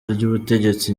ry’ubutegetsi